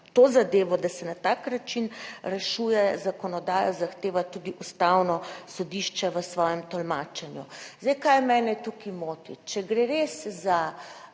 to zadevo, da se na tak način rešuje zakonodajo, zahteva tudi Ustavno sodišče v svojem tolmačenju. Zdaj, kaj mene tukaj moti? Če gre res za